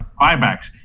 buybacks